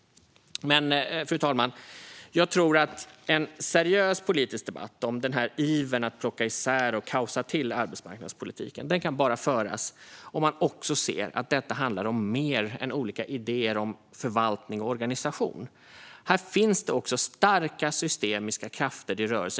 Fru talman! Jag tror att en seriös politisk debatt om ivern att plocka isär och skapa kaos i arbetsmarknadspolitiken bara kan föras om man också ser att detta handlar om mer än olika idéer om förvaltning och organisation. Här finns också starka systemiska krafter i rörelse.